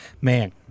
man